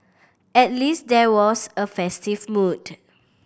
at least there was a festive mood